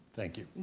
thank you